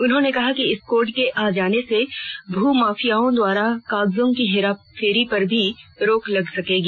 उन्होंने कहा कि इस कोड के आ जाने से भू माफियाओं के द्वारा कागजों की हेराफेरी पर भी रोक लग सकेगी